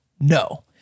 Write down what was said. No